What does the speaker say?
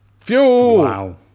fuel